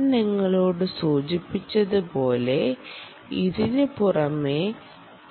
ഞാൻ നിങ്ങളോട് സൂചിപ്പിച്ചതുപോലെ ഇതിനുപുറമെ